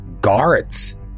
guards